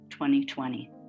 2020